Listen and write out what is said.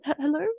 Hello